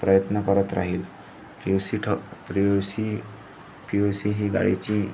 प्रयत्न करत राहील पी यु सी ठक P U C P U C ही गाडीची